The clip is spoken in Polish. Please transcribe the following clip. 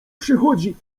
przychodzi